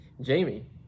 Jamie